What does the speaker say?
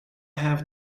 have